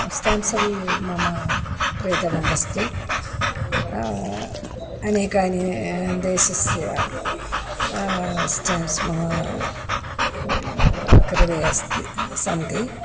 stamps अपि मम प्रियतमं वस्तु अनेकानि देशस्य स्टेम्प्स् मम कृते अस्ति सन्ति